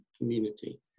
community